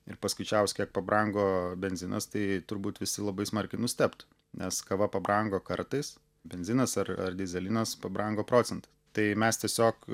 ir paskaičiavus kiek pabrango benzinas tai turbūt visi labai smarkiai nustebtų nes kava pabrango kartais benzinas ar ar dyzelinas pabrango procentais tai mes tiesiog